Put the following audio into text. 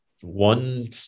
one